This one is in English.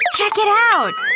check it out!